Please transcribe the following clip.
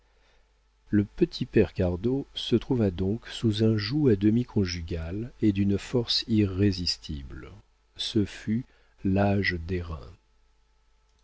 le petit père cardot se trouva donc sous un joug à demi conjugal et d'une force irrésistible ce fut l'âge